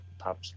Top